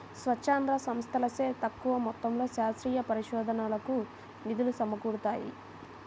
స్వచ్ఛంద సంస్థలచే తక్కువ మొత్తంలో శాస్త్రీయ పరిశోధనకు నిధులు సమకూరుతాయి